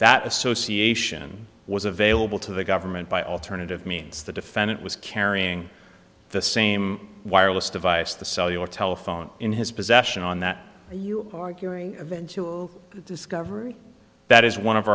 that association was available to the government by alternative means the defendant was carrying the same wireless device the cellular telephone in his possession on that are you arguing eventual discovery that is one of